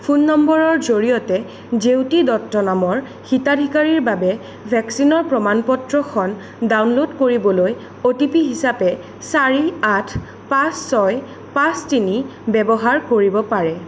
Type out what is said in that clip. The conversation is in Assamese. ফোন নম্বৰৰ জৰিয়তে জেউতি দত্ত নামৰ হিতাধিকাৰীৰ বাবে ভেকচিনৰ প্ৰমাণ পত্ৰখন ডাউনলোড কৰিবলৈ অ' টি পি হিচাপে চাৰি আঠ পাঁচ ছয় পাঁচ তিনি ব্যৱহাৰ কৰিব পাৰে